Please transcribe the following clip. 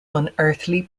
unearthly